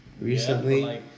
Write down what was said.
recently